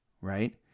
right